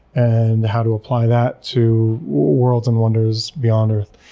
and how to apply that to worlds and wonders beyond earth.